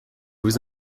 vous